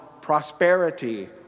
prosperity